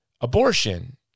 abortion